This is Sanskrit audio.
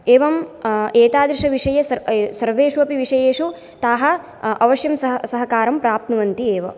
एवम् एतादृशविषये सर्वेष्वपि विषयेषु ताः अवश्यं सह सहकारं प्रप्नुवन्ति एव